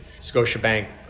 Scotiabank